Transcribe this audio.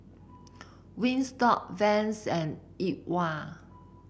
Wingstop Vans and E TWOW